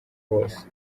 bose